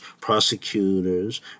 prosecutors